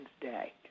day